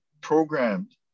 programmed